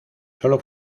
sólo